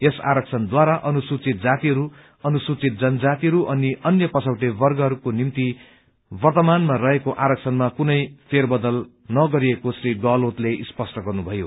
यस आरक्षणद्वारा अनुसूचित जातिहरू अनुसूचित जनजातिहरू अनि अन्य पछौटे वर्गहरूको निम्ति वर्तमानमा रहेको आरक्षणमा कुनै फेरबदल नगरिएको श्री गहलोतले स्पष्ट गर्नुभयो